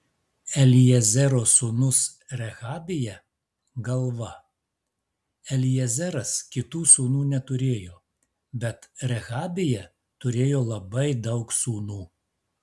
eliezero sūnus rehabija galva eliezeras kitų sūnų neturėjo bet rehabija turėjo labai daug sūnų